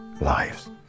lives